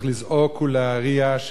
צריך לזעוק ולהריע,